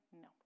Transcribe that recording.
No